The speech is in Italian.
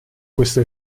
questo